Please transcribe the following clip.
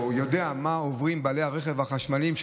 או מי שיודע מה עוברים בעלי הרכבים החשמליים,